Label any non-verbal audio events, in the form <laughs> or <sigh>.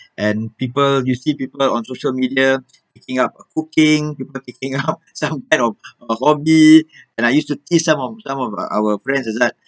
and people you see people on social media taking up cooking people taking <laughs> out some kind of uh hobby and I used to tease some of some of our friends azad